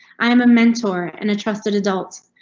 i am a mentor. anna trusted adults.